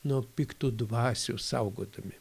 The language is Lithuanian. nuo piktų dvasių saugodami